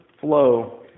flow